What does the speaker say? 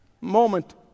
Moment